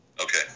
Okay